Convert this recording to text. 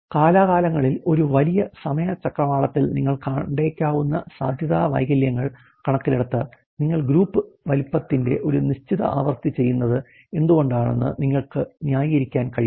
കാലാകാലങ്ങളിൽ ഒരു വലിയ സമയ ചക്രവാളത്തിൽ നിങ്ങൾ കണ്ടേക്കാവുന്ന സാധ്യതാ വൈകല്യങ്ങൾ കണക്കിലെടുത്ത് നിങ്ങൾ ഗ്രൂപ്പ് വലുപ്പത്തിന്റെ ഒരു നിശ്ചിത ആവൃത്തി ചെയ്യുന്നത് എന്തുകൊണ്ടാണെന്ന് നിങ്ങൾക്ക് ന്യായീകരിക്കാൻ കഴിയും